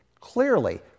Clearly